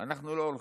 אנחנו לא הולכים.